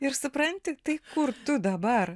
ir supranti tai kur tu dabar